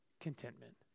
contentment